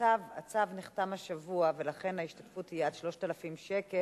הצו נחתם השבוע, ולכן ההשתתפות תהיה עד 3,000 שקל.